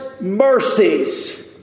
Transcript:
mercies